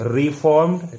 reformed